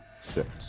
six